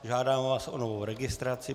Žádám vás o novou registraci.